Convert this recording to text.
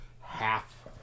half